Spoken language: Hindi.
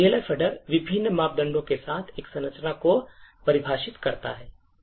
Elf Header विभिन्न मापदंडों के साथ एक संरचना को परिभाषित करता है